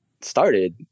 started